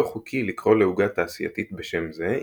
לא חוקי לקרוא לעוגה תעשייתית בשם זה,